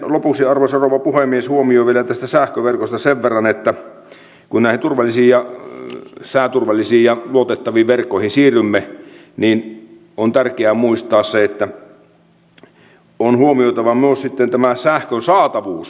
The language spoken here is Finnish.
sitten lopuksi arvoisa rouva puhemies vielä tästä sähköverkosta sen verran että kun näihin sääturvallisiin ja luotettaviin verkkoihin siirrymme niin on tärkeää muistaa se että on huomioitava myös sitten tämä sähkön saatavuus